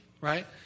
right